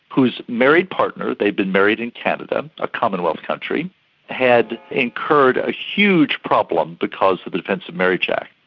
whose married partner they'd been married in canada, a commonwealth country had incurred a huge problem because of the defence of marriage act.